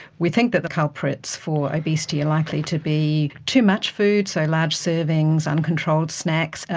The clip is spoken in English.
we think that the culprits for obesity are likely to be too much food, so large servings, uncontrolled snacks,